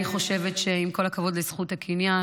אני חושבת שעם כל הכבוד לזכות הקניין,